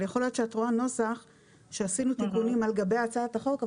אבל יכול להיות שאת רואה נוסח שעשינו תיקונים על גבי הצעת החוק,